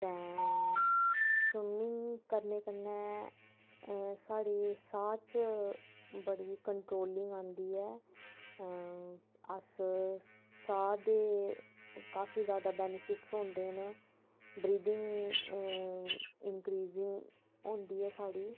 ते स्विमिंग करने कन्नै साढ़े साह् च बड़ी कन्ट्रोलिंग आंदी ऐ अस साह् दे काफी जैदा बैनफिट्स होंदे न ब्रीदिंग इनक्रीजिंग होंदी ऐ साढ़ी